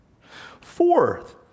Fourth